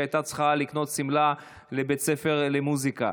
שהייתה צריכה לקנות שמלה לבית ספר למוזיקה.